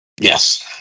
Yes